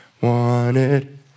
wanted